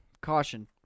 caution